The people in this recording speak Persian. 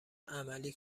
عملی